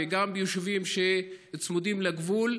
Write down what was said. וגם ביישובים שצמודים לגבול.